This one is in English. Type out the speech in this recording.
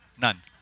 none